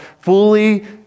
fully